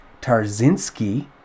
Tarzinski